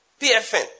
PFN